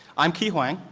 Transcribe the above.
i'm ky hoang.